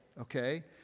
okay